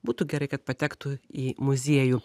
būtų gerai kad patektų į muziejų